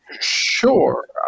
Sure